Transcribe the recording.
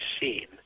seen